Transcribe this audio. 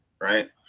right